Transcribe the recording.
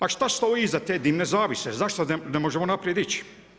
A šta stoji iza te dimne zavjese, zašto ne možemo naprijed ići?